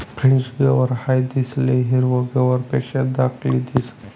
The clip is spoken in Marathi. फ्रेंच गवार हाई दिसाले हिरवा गवारपेक्षा धाकली दिसंस